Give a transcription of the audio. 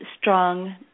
strong